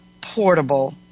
portable